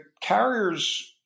carriers –